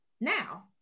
now